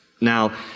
Now